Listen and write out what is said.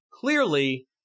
Clearly